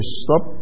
stop